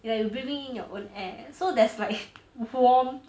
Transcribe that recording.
you like you breathing in your own air so there's like warm